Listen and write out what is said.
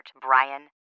Brian